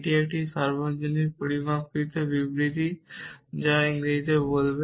এটি একটি সর্বজনীনভাবে পরিমাপকৃত বিবৃতি কিভাবে এটি ইংরেজিতে পড়বে